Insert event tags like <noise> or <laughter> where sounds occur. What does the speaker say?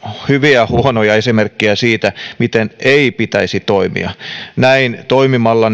hyviä huonoja esimerkkejä siitä miten ei pitäisi toimia näin toimimalla <unintelligible>